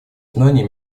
знаний